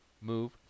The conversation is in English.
move